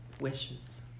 wishes